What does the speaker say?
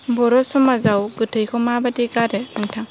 बर' समाजाव गोथैखौ माबोरै गारो नोंथा